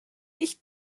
dicht